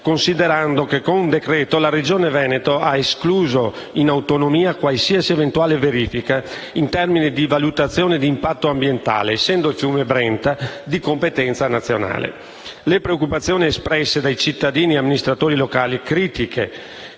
considerando che con un decreto la Regione ha escluso in autonomia qualsiasi eventuale verifica in termini di valutazione di impatto ambientale, essendo il fiume Brenta di competenza nazionale. Le preoccupazioni espresse da cittadini e amministratori locali e le critiche